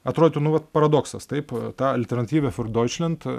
atrodytų nu vat paradoksas taip ta alternative fiur doičlend